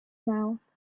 mouth